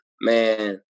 man